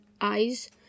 eyes